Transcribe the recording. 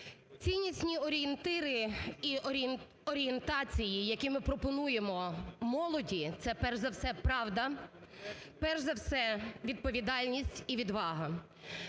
ціннісні орієнтири і орієнтації, які ми пропонуємо молоді це, перш за все, правда, перш за все, відповідальність і відвага.